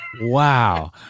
Wow